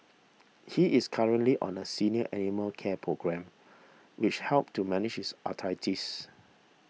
he is currently on a senior animal care programme which helps to manage his arthritis